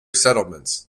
settlements